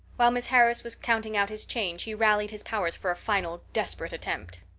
while miss harris was counting out his change he rallied his powers for a final desperate attempt.